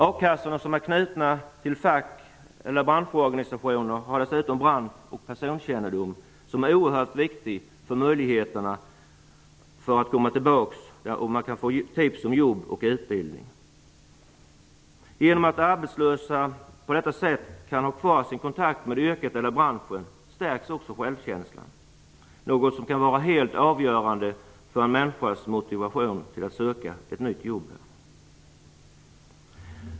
A-kassorna som är knutna till fack eller branschorganisationer har dessutom bransch och personkännedom som är oerhört viktig för möjligheterna att få tips om jobb och utbildning. Genom att de arbetslösa på detta sätt kan ha kvar sin kontakt med yrket eller branschen stärks också självkänslan, något som kan vara helt avgörande för en människas motivation att söka ett nytt jobb.